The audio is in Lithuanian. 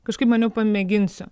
kažkaip maniau pamėginsiu